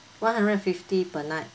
one hundred and fifty per night